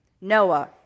Noah